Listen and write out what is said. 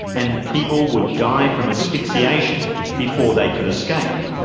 and people would die from asphyxiation before they could escape.